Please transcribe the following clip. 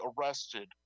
arrested